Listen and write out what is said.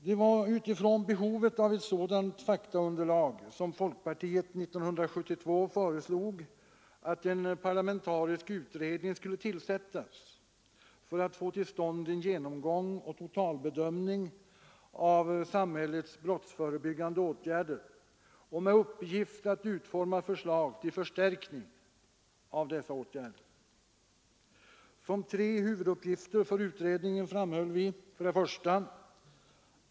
Det var utifrån behovet av ett sådant faktaunderlag som folkpartiet 1972 föreslog att en parlamentarisk utredning skulle tillsättas för att få till stånd en genomgång och totalbedömning av samhällets brottsförebyggande åtgärder och med uppgift att utforma förslag till förstärkning av dessa åtgärder. Som tre huvuduppgifter för utredningen framhöll vi: 1.